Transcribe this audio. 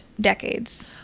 decades